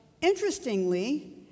Interestingly